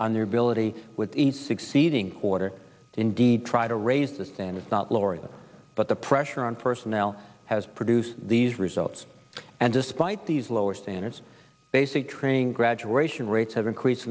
on their ability with each succeeding quarter to indeed try to raise the standards not lower it but the pressure on personnel has produced these results and despite these lower standards basic training graduation rates have increased